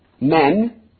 Men